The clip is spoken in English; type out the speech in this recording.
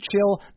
chill